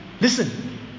Listen